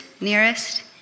nearest